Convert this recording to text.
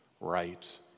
right